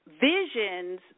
visions